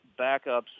backups